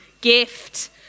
gift